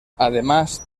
además